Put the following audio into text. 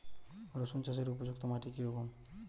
রুসুন চাষের উপযুক্ত মাটি কি রকম?